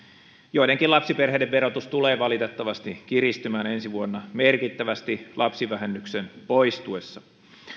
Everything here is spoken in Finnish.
joidenkin lapsiperheiden verotus tulee valitettavasti kiristymään ensi vuonna merkittävästi lapsivähennyksen poistuessa